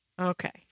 Okay